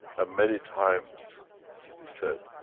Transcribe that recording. ah many times we said,